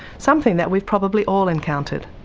something that we've probably all encountered.